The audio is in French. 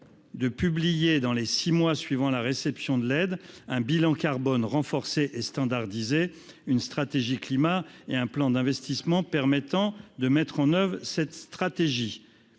de publier dans les six mois un bilan carbone renforcé et standardisé, une stratégie climat et un plan d'investissement permettant de mettre en oeuvre cette stratégie.